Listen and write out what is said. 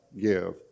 Give